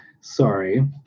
Sorry